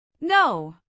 No